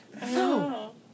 No